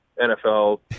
NFL